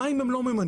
מה אם הם לא ממנים?